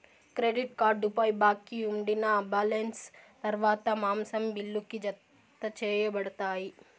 credit కార్డుపై బాకీ ఉండినా బాలెన్స్ తర్వాత మాసం బిల్లుకి, జతచేయబడతాది